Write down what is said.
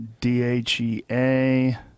DHEA